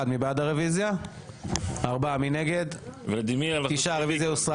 הצבעה בעד, 3 נגד, 9 נמנעים, אין לא אושר.